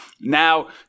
Now